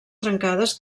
trencades